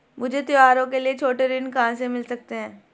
मुझे त्योहारों के लिए छोटे ऋण कहां से मिल सकते हैं?